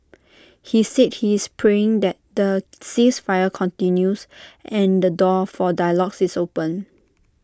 he said he is praying that the ceasefire continues and the door for dialogues is opened